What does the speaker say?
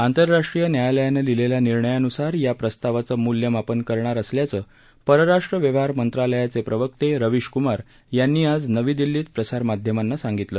आंतरराष्ट्रीय न्यायालयानं दिलेल्या निर्णयान्सार या प्रस्तावाचं मूल्यमापन करणार असल्याचं परराष्ट्र व्यवहार मंत्रालयाचे प्रवक्ते रवीश क्मार यांनी आज नवी दिल्लीत प्रसारमाध्मांना सांगितलं